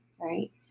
right